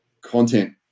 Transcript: content